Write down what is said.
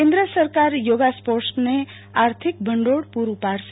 કેન્દ્ર સરકાર યોગા સ્પોર્ટસને આર્થિક ભંડોળ પુરું પાળશે